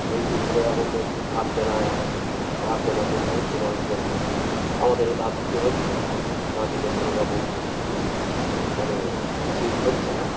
সেই সূত্রে এখন একটু ধার দেনা ধার দেনা করতে হচ্ছে মানুষদেরকে আমাদেরও ধার দিতে হচ্ছে না দিলে কোনোরকম মানে কিছুই হচ্ছে না